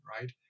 right